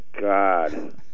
God